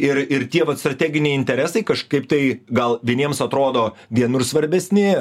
ir ir tie vat strateginiai interesai kažkaip tai gal vieniems atrodo vienur svarbesni